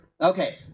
Okay